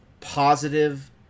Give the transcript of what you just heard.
positive